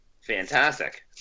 fantastic